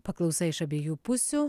paklausa iš abiejų pusių